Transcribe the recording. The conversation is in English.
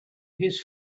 his